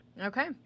Okay